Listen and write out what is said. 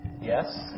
Yes